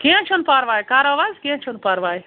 کیٚنٛہہ چھُنہٕ پَرواے کَرَو حظ کیٚنٛہہ چھُنہٕ پَرواے